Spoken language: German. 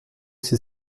sie